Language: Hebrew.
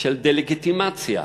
של דה-לגיטימציה,